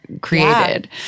created